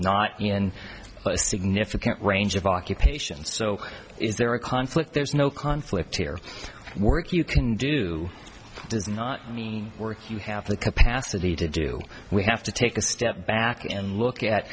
significant range of occupations so is there a conflict there's no conflict here work you can do does not mean work you have the capacity to do we have to take a step back and look at